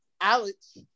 Alex